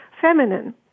feminine